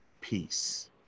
peace